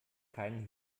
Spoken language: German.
keinen